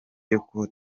yuko